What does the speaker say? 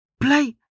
Play